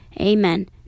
Amen